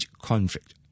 conflict